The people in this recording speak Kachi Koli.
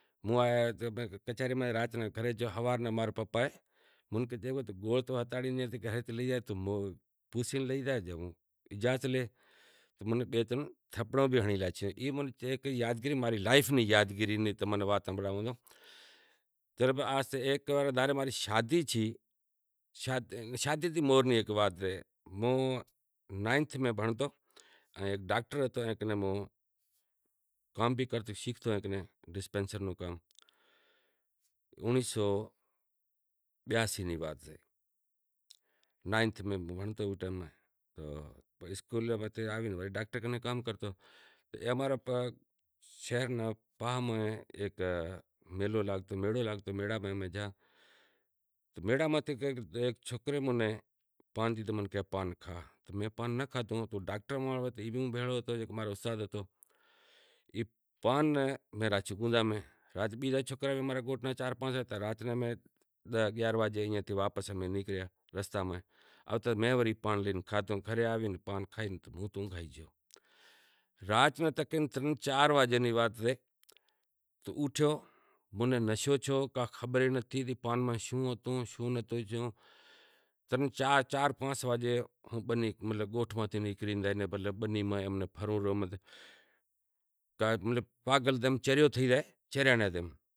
ہیک وات ہنبھرانڑاں کہ ہیک دہاڑے موں کہیو کہ ہارے ماں رو پمپ سے ای لئی زاں ای اپاڑی گیو موں نے پوسے لئی زائے اجازت لئی لے زائے پنڑ ای موں نیں بئے ترن تھپڑیں بھی ہنڑی لاشیں، ای ماں ری زندگی نو ہیک موٹو واقعو سے۔ ہیک ماں ری لائیف نی یادگیری نی تماں نے وات ہنبھڑانڑاں، ایک دہاڑے ماں ری شادی تھئی، شادی نی موہر ہیک وات اہے نائینتھ میں بھنڑتو ڈاکٹر ہتو کام بھی اوئے کن شیکھتو اونڑیہہ سو بیاسی نی وات اہے ڈسپینسر نو کام نائینتھ میں بھنڑتو تو اسکول ماں آوے پسے ڈاکٹر کنیں کام کرتو۔ شہر میں ہیک عام میڑو لاگتو میڑے ماتھے ہیک سوکریے منیں کہیو کہ پان کھا۔ ڈاکٹر بھی میں بھیگو ہتو زکو ماں رو استاد ہتو تو میں او پان لیدہو پر جیب میں راکھیو گھرے آوے رات نو پان کھادھو تو پان میں نشو ہتو منیں اونگھ آوی گئی خبر ناں پڑی کہ پان میں شوں ہتو شوں ناں ہتو ترن چار پانس وجے رات نو ہوں گھراں نیکرے بنی میں پھروں رو پاگل تھے گیو چریو تھے گیو۔